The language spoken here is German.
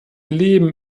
leben